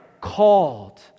called